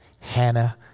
Hannah